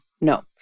no